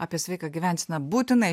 apie sveiką gyvenseną būtinai